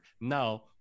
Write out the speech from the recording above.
Now